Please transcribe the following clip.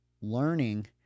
learning –